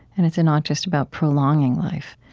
and it's not just about prolonging life